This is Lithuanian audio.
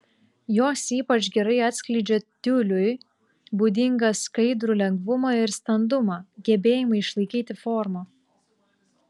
jos ypač gerai atskleidžia tiuliui būdingą skaidrų lengvumą ir standumą gebėjimą išlaikyti formą